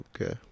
Okay